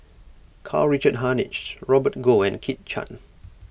Karl Richard Hanitsch Robert Goh and Kit Chan